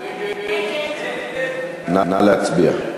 נא להצביע.